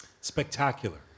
spectacular